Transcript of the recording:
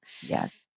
Yes